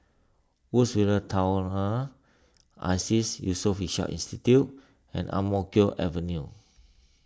Woodsville Tunnel Iseas Yusof Ishak Institute and Ang Mo Kio Avenue